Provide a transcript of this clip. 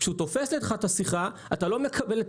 כשהוא תופס לך את השיחה אתה לא מקבל את